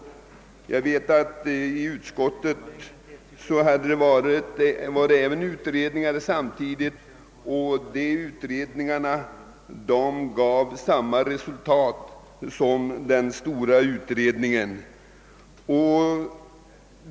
Jag vet att det samtidigt företogs utredningar inom utskottet, och de utredningarna gav samma resultat som den stora utredningen.